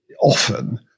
often